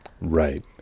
Right